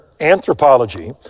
anthropology